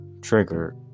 trigger